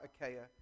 Achaia